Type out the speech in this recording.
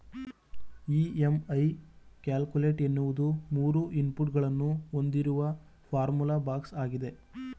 EMI calculator ಎನ್ನುವುದು ಮೂರು input ಗಳನ್ನು ಹೊಂದಿರುವ ಫಾರ್ಮುಲಾ ಬಾಕ್ಸ್ ಆಗಿದೆ